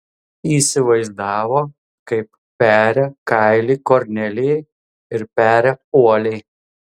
įsivaizdavo kaip peria kailį kornelijai ir peria uoliai